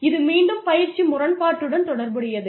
இது மீண்டும் பயிற்சி முரண்பாட்டுடன் தொடர்புடையது